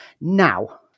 Now